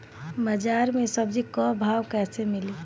बाजार मे सब्जी क भाव कैसे मिली?